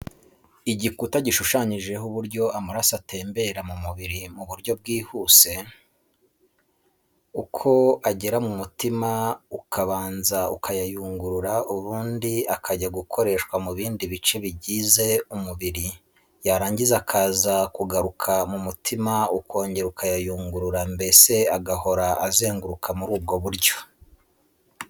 Igikuta gishushanyijeho uburyo amaraso atembera mu mubiri mu buryo bwihuze, uko agera mu mutima ukabanza ukayayungurura ubundi akajya gukoreshwa mu bindi bice bigize umubiri, yarangiza akaza kugaruka mu mutima ukongera ukayayungurura mbese agahora azenguruka muri ubwo buryo.